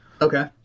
Okay